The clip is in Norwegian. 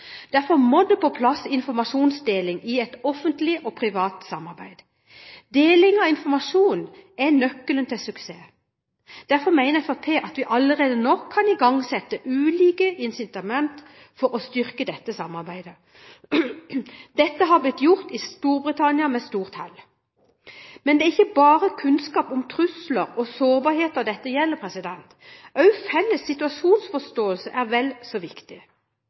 Derfor må det på plass informasjonsdeling i et offentlig–privat samarbeid. Deling av informasjon er nøkkelen til suksess, derfor mener Fremskrittspartiet at vi allerede nå kan igangsette ulike incitamenter for å styrke dette samarbeidet. Dette har blitt gjort i Storbritannia, med stort hell. Men det er ikke bare kunnskap om trusler og sårbarhet dette gjelder. Felles situasjonsforståelse er vel så viktig.